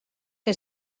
que